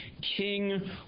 king